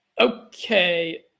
Okay